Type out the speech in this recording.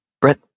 Brett